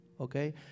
okay